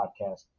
podcast